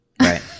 Right